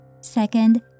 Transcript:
Second